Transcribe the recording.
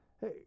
Hey